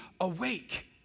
awake